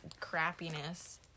crappiness